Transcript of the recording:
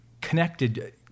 connected